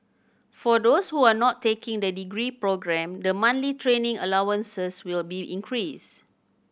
for those who are not taking the degree programme the monthly training allowances will be increased